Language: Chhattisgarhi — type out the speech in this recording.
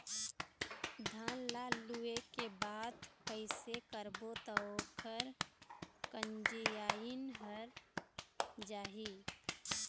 धान ला लुए के बाद कइसे करबो त ओकर कंचीयायिन हर जाही?